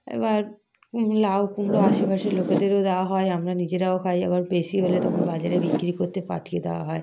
এবার লাউ কুমড়ো আশেপাশের লোকেদেরও দেওয়া হয় আমরা নিজেরাও খাই আবার বেশি হলে তখন বাজারে বিক্রি করতে পাঠিয়ে দেওয়া হয়